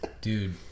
Dude